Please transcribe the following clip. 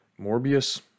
Morbius